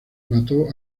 mató